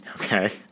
Okay